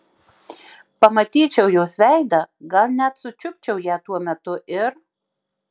pamatyčiau jos veidą gal net sučiupčiau ją tuo metu ir